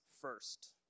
first